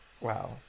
Wow